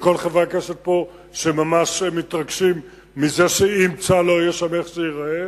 לכל חברי הכנסת שממש מתרגשים מזה שאם צה"ל לא יהיה שם איך זה ייראה,